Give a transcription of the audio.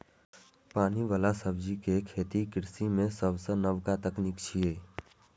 पानि बला सब्जी के खेती कृषि मे सबसं नबका तकनीक छियै